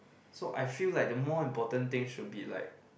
so I feel like the more important thing should be like